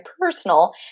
personal